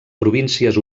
províncies